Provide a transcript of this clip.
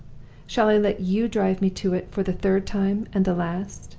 shall i let you drive me to it for the third time, and the last?